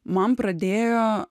man pradėjo